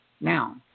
now